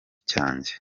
cyanjye